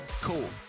Cool